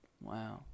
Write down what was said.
Wow